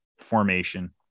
formation